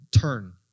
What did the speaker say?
turn